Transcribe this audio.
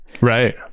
Right